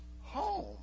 home